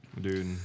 Dude